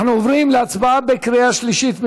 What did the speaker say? אנחנו עוברים להצבעה בקריאה שלישית.